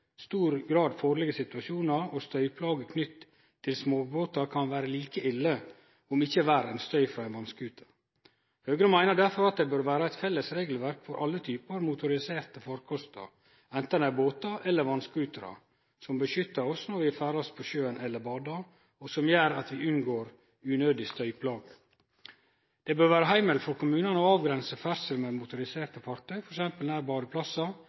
stor grad farlege situasjonar, og støyplagene knytte til småbåtar kan vere like ille – om ikkje verre – enn støy frå ein vass-scooter. Høgre meiner derfor at det bør vere eit felles regelverk for alle typar motoriserte farkostar, anten det er båtar eller vass-scooterar, som vernar oss når vi ferdast på sjøen eller badar, og som gjer at vi unngår unødige støyplager. Det bør vere heimel for kommunane til å avgrense ferdsle med motoriserte fartøy, t.d. nær badeplassar